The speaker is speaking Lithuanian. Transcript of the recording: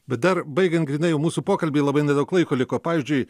bet dar baigiant grynai jau mūsų pokalbį labai nedaug laiko liko pavyzdžiui